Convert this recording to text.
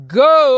go